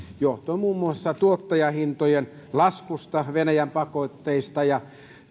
johtuen muun muassa tuottajahintojen laskusta venäjän pakotteista ja